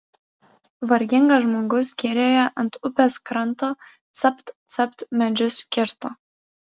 vargingas žmogus girioje ant upės kranto capt capt medžius kirto